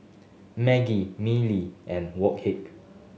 Maggi Mili and Wok Hey